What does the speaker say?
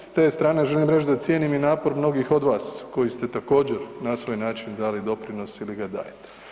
S te strane želim reći da cijenim i napor mnogih od vas koji ste također, na svoj način dali doprinos ili ga dajete.